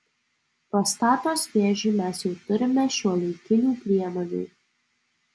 prostatos vėžiui mes jau turime šiuolaikinių priemonių